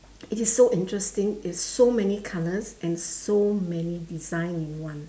it is so interesting it's so many colours and so many design in one